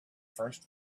first